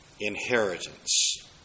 inheritance